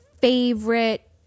favorite